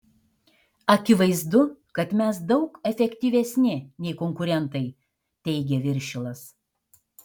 akivaizdu kad mes daug efektyvesni nei konkurentai teigia viršilas